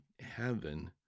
Heaven